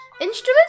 Instruments